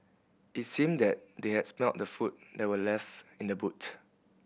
it seemed that they had smelt the food that were left in the boot